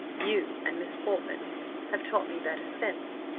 you and miss portman have taught me better sense.